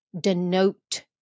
denote